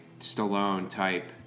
Stallone-type